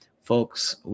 Folks